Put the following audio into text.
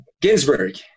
ginsburg